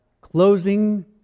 closing